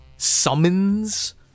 summons